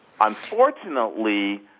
Unfortunately